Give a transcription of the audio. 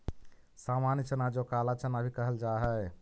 सामान्य चना जो काला चना भी कहल जा हई